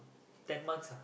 ten months ah